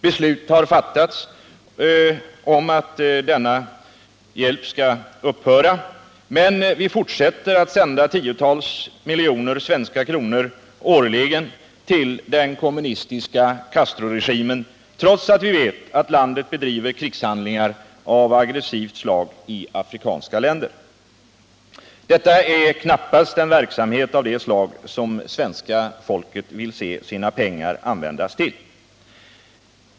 Beslut har fattats om att denna hjälp skall upphöra, men vi fortsätter att sända tiotals miljoner svenska kronor årligen till den kommunistiska Castroregimen, trots att vi vet att landet bedriver krigshandlingar av aggressivt slag i afrikanska länder. Detta är knappast en verksamhet av det slag som svenska folket vill se sina pengar användas till.